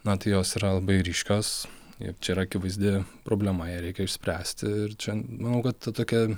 na tai jos yra labai ryškios ir čia yra akivaizdi problema ją reikia išspręsti ir čia manau kad ta tokia